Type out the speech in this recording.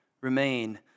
remain